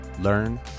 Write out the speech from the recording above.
learn